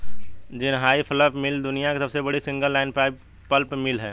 Jinhai pulp mill दुनिया की सबसे बड़ी सिंगल लाइन पल्प मिल है